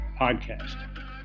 podcast